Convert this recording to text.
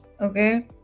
Okay